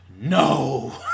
no